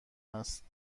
است